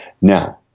now